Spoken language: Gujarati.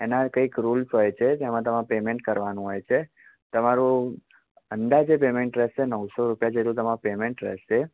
એના કંઈક રુલ્સ હોય છે જેમાં તમારે પેમેન્ટ કરવાનું હોય છે તમારું અંદાજે પેમેન્ટ રહેશે નવસો રૂપિયા જેટલું તમારું પેમેન્ટ રહેશે